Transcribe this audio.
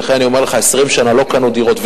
ולכן אני אומר לך: 20 שנה לא קנו דירות,